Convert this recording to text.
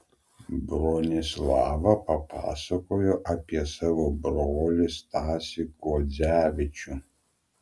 bronislava papasakojo apie savo brolį stasį kuodzevičių